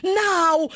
now